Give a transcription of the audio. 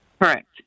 Correct